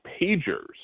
pagers